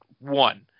one